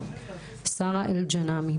שרה אל ג'נאמי,